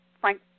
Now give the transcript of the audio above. Frank